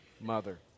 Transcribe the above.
mother